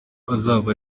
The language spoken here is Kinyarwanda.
uzaba